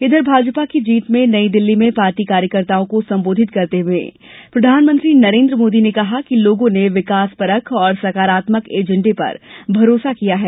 इधर भाजपा की जीत में नई दिल्ली में पार्टी कार्यकर्ताओं को संबोधित करते हुये प्रधानमंत्री नरेन्द्र मोदी ने कहा कि लोगों ने विकास परख और सकारात्मक एजेंडे पर भरोसा किया है